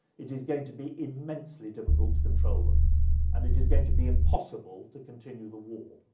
it is going to be immensely difficult to control them and it is going to be impossible to continue the war.